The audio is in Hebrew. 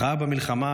הכרעה במלחמה,